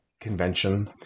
convention